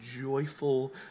joyful